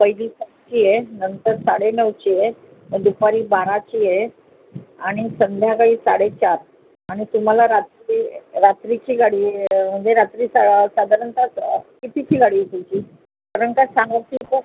पहिली सातची आहे नंतर साडे नऊची आहे मग दुपारी बाराची आहे आणि संध्याकाळी साडे सात आणि तुम्हाला रात्री रात्रीची गाडी आहे म्हणजे रात्री सा साधारणत कितीची गाडी आहे तुमची कारण का सहाची पण